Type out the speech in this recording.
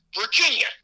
Virginia